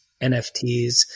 NFTs